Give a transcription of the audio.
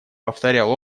повторял